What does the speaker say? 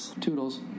Toodles